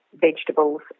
vegetables